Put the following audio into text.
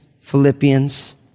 Philippians